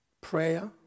Prayer